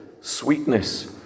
sweetness